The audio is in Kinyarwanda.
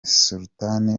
sultan